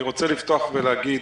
אני רוצה לפתוח ולהגיד